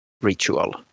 ritual